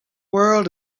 world